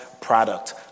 product